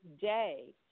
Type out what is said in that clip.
day